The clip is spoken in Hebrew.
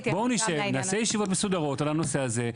נעשה ישיבות מסודרות על הנושא הזה,